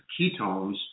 ketones